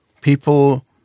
People